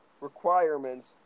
requirements